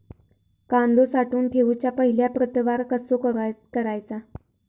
कांदो साठवून ठेवुच्या पहिला प्रतवार कसो करायचा?